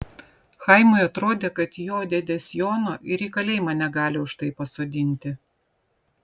chaimui atrodė kad jo dėdės jono ir į kalėjimą negali už tai pasodinti